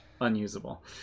unusable